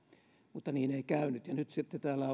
mutta niin ei käynyt ja nyt sitten täällä